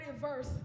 verse